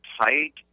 tight